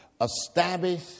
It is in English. establish